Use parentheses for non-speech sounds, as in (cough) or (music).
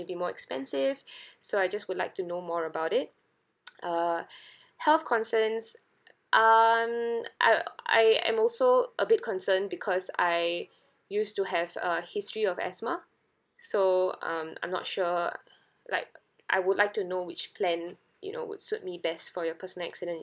it'll be more expensive (breath) so I just would like to know more about it (noise) uh (breath) health concerns uh um I uh I am also a bit concern because I used to have a history of asthma so um I'm not sure like I would like to know which plan you know would suit me best for your personal accident